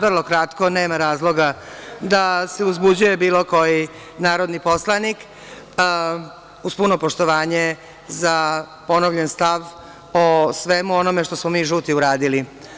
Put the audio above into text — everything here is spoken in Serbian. Vrlo kratko, nema razloga da se uzbuđuje bilo koji narodni poslanik, uz puno poštovanje za ponovljen stav o svemu onome što smo mi žuti uradili.